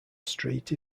street